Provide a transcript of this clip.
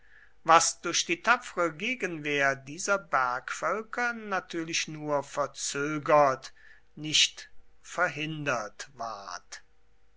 was durch die tapfere gegenwehr dieser bergvölker natürlich nur verzögert nicht verhindert ward